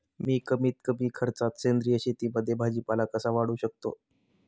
मी कमीत कमी खर्चात सेंद्रिय शेतीमध्ये भाजीपाला कसा वाढवू शकतो?